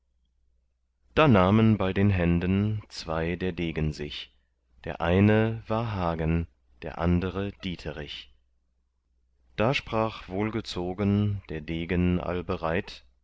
da nahmen bei den händen zwei der degen sich der eine war hagen der andere dieterich da sprach wohlgezogen der degen allbereit